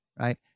right